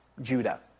Judah